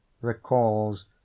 recalls